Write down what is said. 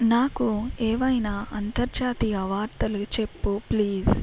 నాకు ఏవైనా అంతర్జాతీయ వార్తలు చెప్పు ప్లీజ్